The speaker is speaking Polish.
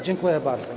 Dziękuję bardzo.